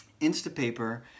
Instapaper